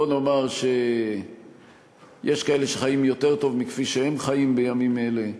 בוא נאמר שיש כאלה שחיים טוב יותר מכפי שהם חיים בימים אלה.